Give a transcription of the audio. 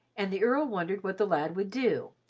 and the earl wondered what the lad would do,